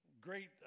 great